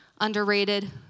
underrated